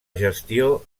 gestió